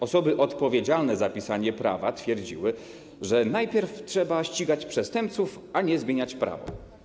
Osoby odpowiedzialne za pisanie prawa twierdziły, że najpierw trzeba ścigać przestępców, a nie zmieniać prawo.